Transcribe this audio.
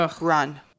run